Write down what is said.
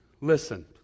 Listen